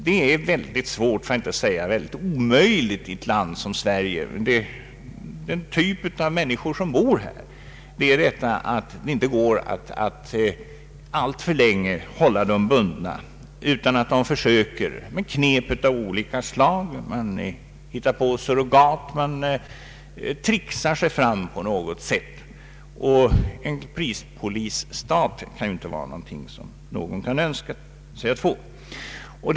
Det är svårt för att inte säga omöjligt i ett land som Sverige med den typ av människor som bor här att alltför länge hålla dem bundna vid någonting. De försöker med knep av olika slag, surrogat, tricksar sig fram på något sätt. En prispolisstat är inte heller något vi önskar.